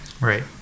right